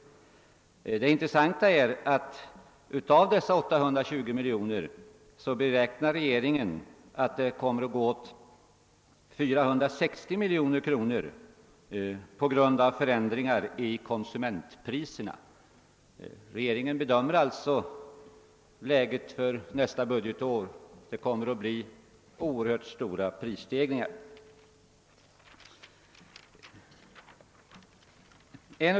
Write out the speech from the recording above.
Det är intressant att se att regeringen beräknar att av dessa 820 miljoner inte mindre än 460 miljoner kommer att behövas på grund av förändringar i konsumentpri serna. Regeringen räknar alltså med att det blir oerhört stora prisstegringar under nästa budgetår.